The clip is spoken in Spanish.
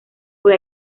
fue